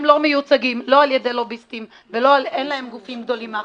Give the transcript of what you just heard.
הם לא מיוצגים על ידי לוביסטים ואין להם גופים גדולים מאחוריהם.